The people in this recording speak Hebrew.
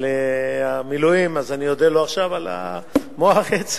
על המילואים, אני אודה לו עכשיו על מוח עצם.